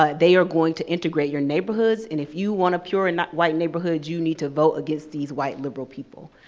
ah they are going to integrate your neighborhoods, and if you want a pure and white neighborhood, you need to vote against these white liberal people.